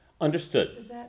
Understood